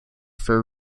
for